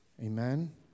Amen